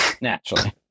naturally